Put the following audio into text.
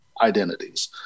identities